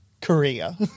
Korea